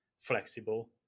flexible